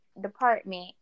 department